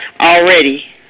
already